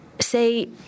say